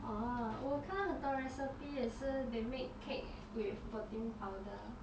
orh 我看到很多人生病也是 they make cake with protein powder